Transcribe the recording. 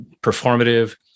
performative